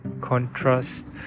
contrast